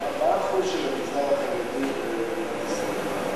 מה האחוז של המגזר החרדי, במספרים?